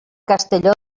castelló